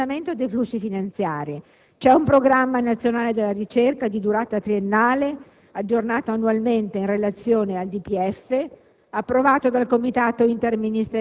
per la valutazione della ricerca, il coordinamento dei flussi finanziari. C'è un programma nazionale della ricerca di durata triennale, aggiornato annualmente in relazione al